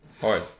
Hard